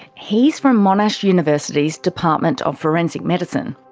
he's from monash university's department of forensic medicine.